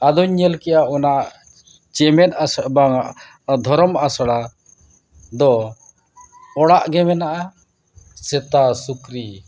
ᱟᱫᱚᱧ ᱧᱮᱞ ᱠᱮᱫᱼᱟ ᱚᱱᱟ ᱪᱮᱢᱮᱫ ᱚᱱᱟ ᱫᱷᱚᱨᱚᱢ ᱟᱥᱲᱟ ᱫᱚ ᱚᱲᱟᱜ ᱜᱮ ᱢᱮᱱᱟᱜᱼᱟ ᱥᱮᱛᱟ ᱥᱩᱠᱨᱤ